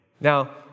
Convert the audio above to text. Now